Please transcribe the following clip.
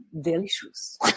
delicious